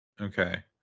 Okay